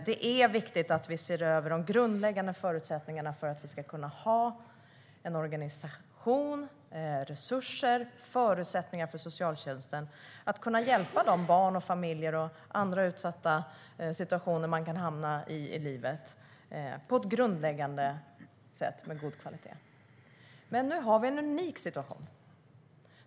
Det är viktigt att vi ser över de grundläggande förutsättningarna för att vi ska kunna ha en organisation och resurser. Det handlar om förutsättningar för att socialtjänsten på ett grundläggande sätt och med god kvalitet ska kunna hjälpa barn, familjer och andra i utsatta situationer som man kan hamna i. Men nu har vi en unik situation.